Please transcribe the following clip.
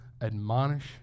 admonish